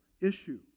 issue